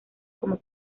como